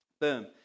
Boom